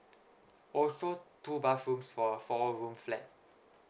also two bathrooms for four room flat